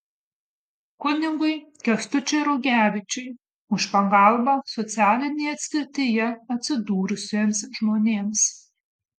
kunigui kęstučiui rugevičiui už pagalbą socialinėje atskirtyje atsidūrusiems žmonėms